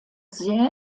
sehr